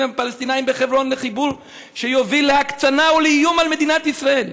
עם הפלסטינים בחברון לחיבור שיוביל להקצנה ולאיום על מדינת ישראל".